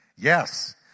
Yes